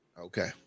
Okay